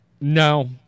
No